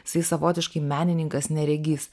jisai savotiškai menininkas neregys